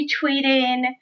retweeting